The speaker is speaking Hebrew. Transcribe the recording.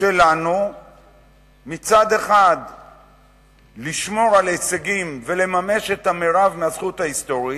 שלנו מצד אחד לשמור על הישגים ולממש את המירב מהזכות ההיסטורית,